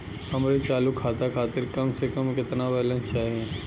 हमरे चालू खाता खातिर कम से कम केतना बैलैंस चाही?